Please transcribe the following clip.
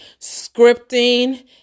scripting